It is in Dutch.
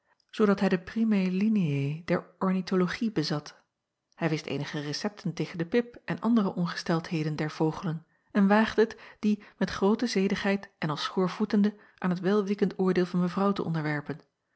zoodat hij de primae lineae der ornithologie bezat hij wist eenige recepten tegen de pip en andere ongesteldheden der vogelen en waagde het die met groote zedigheid en als schoorvoetende aan het welwikkend oordeel van evrouw te onderwerpen